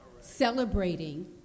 celebrating